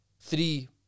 Three